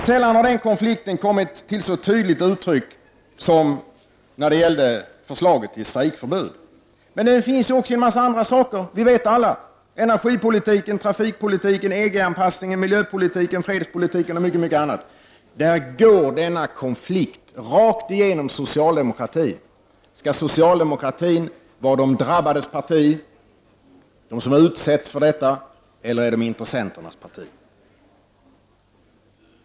Sällan har den konflikten kommit till så tydligt uttryck som när det gäller förslaget till strejkförbud, men den återkommer också i en mängd sammanhang som vi alla känner till, inom energipolitiken, inom trafikpolitiken, när det gäller EG-anpassningen, inom miljöpolitiken och fredspolitiken osv. Denna konflikt går rakt igenom socialdemokratin. Skall socialdemokraterna vara ett parti för de drabbade, för dem som utsätts för problemen, eller är det intressenternas parti?